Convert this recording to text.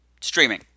streaming